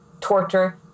torture